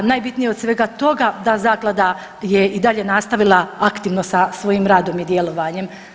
Najbitnije od svega toga da zaklada je i dalje nastavila aktivno sa svojim radom i djelovanjem.